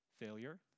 failure